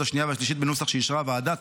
השנייה והשלישית בנוסח שאישרה הוועדה.